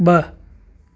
ब॒